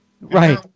Right